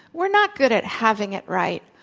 we're not good at having it right.